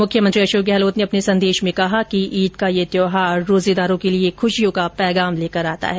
मुख्यमंत्री अशोक गहलोत ने अपने संदेश में कहा कि ईद का यह त्यौहार रोजेदारों के लिए खुशियों का पैगाम लेकर आता है